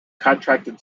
contracted